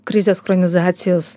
krizės chronizacijos